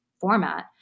format